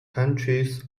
counties